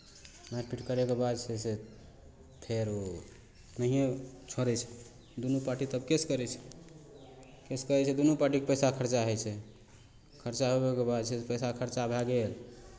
मारि पीट करयके बाद छै से फेर ओ नहिए छोड़ै छै दुनू पार्टी तब केस करै छै केस करै छै दुनू पार्टीके पैसा खरचा होइ छै खरचा होवैके बाद छै से पैसा खरचा भए गेल